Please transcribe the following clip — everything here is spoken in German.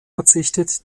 verzichtet